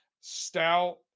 Stout